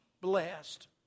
blessed